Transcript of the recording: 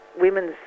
women's